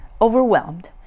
overwhelmed